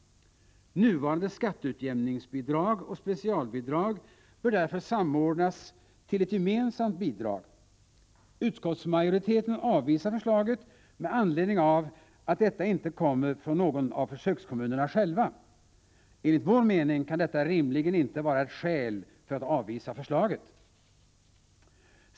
Nuvarande skatteutjämningsbidrag och specialbidrag bör därför samordnas till ett gemensamt bidrag. Utskottsmajoriteten avvisar förslaget med hänvisning till att detta inte kommer från någon av försökskommunerna själva. Enligt vår mening kan detta rimligen inte vara ett skäl för att avvisa förslaget.